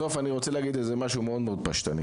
בסוף, אני רוצה להגיד משהו מאוד-מאוד פשטני